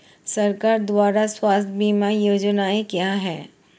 सरकार द्वारा स्वास्थ्य बीमा योजनाएं क्या हैं?